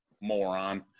moron